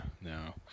no